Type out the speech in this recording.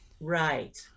right